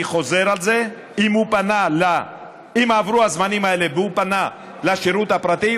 אני חוזר על זה: אם עברו הזמנים האלה והוא פנה לשירות הפרטי,